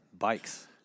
bikes